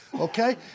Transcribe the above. Okay